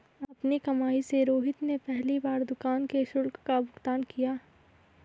अपनी कमाई से रोहित ने पहली बार दुकान के शुल्क का भुगतान किया